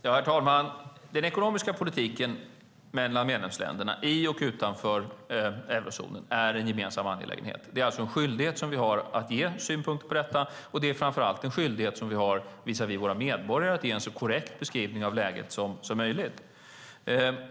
Herr talman! Den ekonomiska politiken mellan medlemsländerna i och utanför eurozonen är en gemensam angelägenhet. Det är alltså en skyldighet som vi har att ge synpunkter på detta, och det är framför allt en skyldighet som vi har visavi våra medborgare att ge en så korrekt beskrivning av läget som möjligt.